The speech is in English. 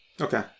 Okay